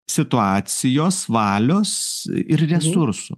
situacijos valios ir resursų